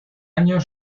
año